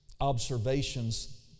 observations